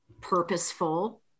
purposeful